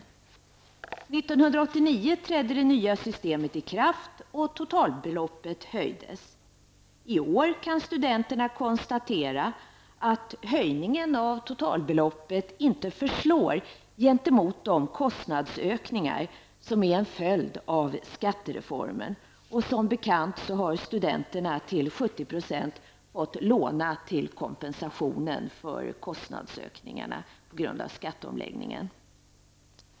1989 trädde det nya systemet i kraft och totalbeloppet höjdes. I år kan studenterna konstatera att höjningen av totalbeloppet inte förslår gentemot de kostnadsökningar som är en följd av skattereformen. Som bekant har studenterna till 70 % fått låna till kompensationen för dessa kostnadsökningar.